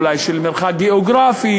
אולי של מרחק גיאוגרפי,